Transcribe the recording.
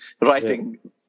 writing